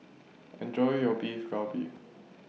Enjoy your Beef Galbi